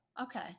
okay